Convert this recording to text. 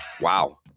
Wow